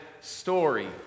story